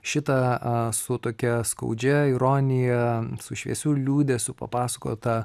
šitą a su tokia skaudžia ironija su šviesiu liūdesiu papasakotą